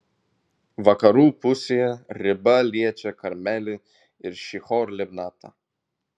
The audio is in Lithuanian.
vakarų pusėje riba liečia karmelį ir šihor libnatą